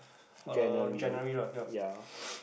January ya